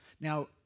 Now